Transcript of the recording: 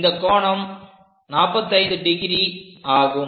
இந்தக் கோணம் 45° ஆகும்